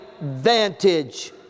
vantage